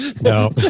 No